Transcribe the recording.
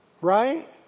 right